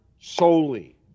solely